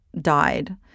died